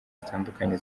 zitandukanye